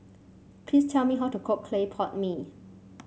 please tell me how to cook Clay Pot Mee